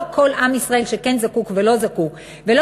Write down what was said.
לא כל עם ישראל שכן זקוק ולא זקוק ולא